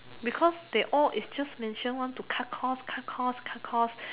because they all is just mention want to cut cost cut cost cut cost